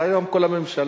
אתה היום כל הממשלה.